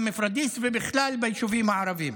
גם מפוריידיס ובכלל ביישובים הערביים.